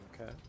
Okay